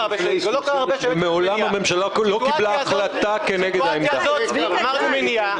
בסיטואציה הזו אמרנו שיש מניעה.